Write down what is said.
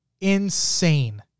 insane